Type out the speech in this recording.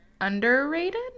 underrated